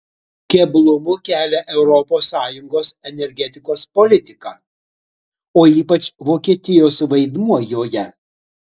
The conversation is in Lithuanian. keblumų kelia europos sąjungos energetikos politika o ypač vokietijos vaidmuo joje